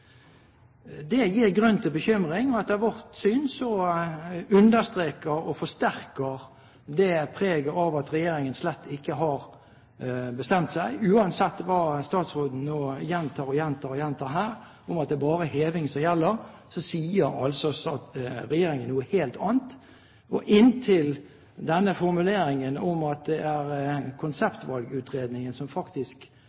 Det gir grunn til bekymring, og etter vårt syn understreker og forsterker det preget av at regjeringen slett ikke har bestemt seg. Uansett hva statsråden nå gjentar og gjentar om at det bare er heving som gjelder, sier altså regjeringen noe helt annet. Inntil statsråden kan avkrefte denne formuleringen om at det er